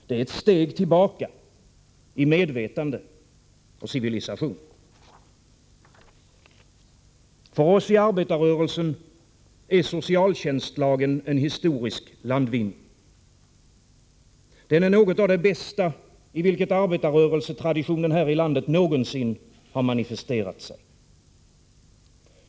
Det är ett steg tillbaka i medvetande och civilisation. För oss i arbetarrörelsen är socialtjänstlagen en historisk landvinning. Den är något av det bästa i vilket arbetarrörelsetraditionen här i landet någonsin har manifesterat sig.